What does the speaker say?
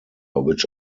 which